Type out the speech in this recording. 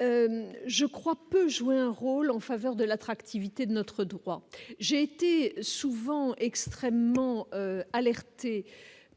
je crois, peut jouer un rôle en faveur de l'attractivité de notre droit, j'ai été souvent extrêmement par